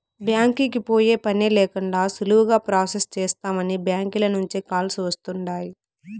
బ్యాంకీకి పోయే పనే లేకండా సులువుగా ప్రొసెస్ చేస్తామని బ్యాంకీల నుంచే కాల్స్ వస్తుండాయ్